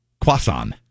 Croissant